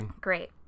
Great